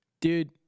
Dude